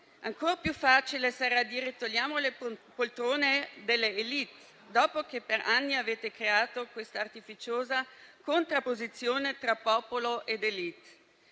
ancor più facile sarà dire togliamo le poltrone dell'élite, dopo che per anni avete creato questa artificiosa contrapposizione tra popolo ed élite.